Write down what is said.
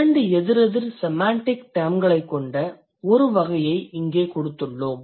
இரண்டு எதிரெதிர் செமாண்டிக் டெர்ம்களைக் கொண்ட ஒரு வகையை இங்கே கொடுத்துள்ளோம்